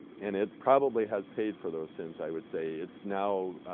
and it probably has paid for those sins i would say. it's now